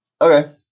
Okay